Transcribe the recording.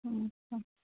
अच्छा